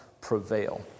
prevail